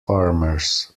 farmers